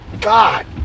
God